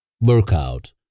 Workout